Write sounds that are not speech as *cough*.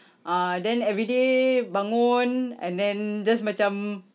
*noise* ah then everyday bangun and then just macam